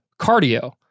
cardio